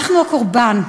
אנחנו הקורבן,